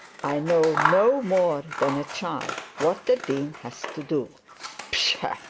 i know no more than a child what the dean has to do pshaw!